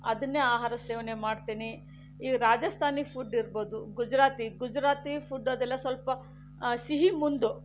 ಅದನ್ನೇ ಆಹಾರ ಸೇವನೆ ಮಾಡ್ತೀನಿ ಈ ರಾಜಸ್ಥಾನಿ ಫುಡ್ ಇರ್ಬೋದು ಗುಜರಾತಿ ಗುಜರಾತಿ ಫುಡ್ ಅದೆಲ್ಲ ಸ್ವಲ್ಪ ಸಿಹಿ ಮುಂದು